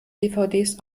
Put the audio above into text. dvds